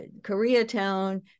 Koreatown